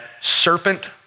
serpent